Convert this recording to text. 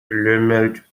lümmelt